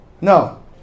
No